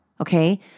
Okay